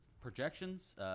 projections